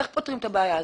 איך פותרים את הבעיה הזאת?